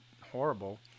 horrible